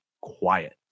quiet